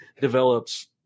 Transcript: develops